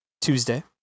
Tuesday